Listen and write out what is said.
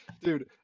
dude